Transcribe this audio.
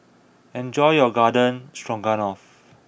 enjoy your Garden Stroganoff